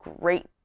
great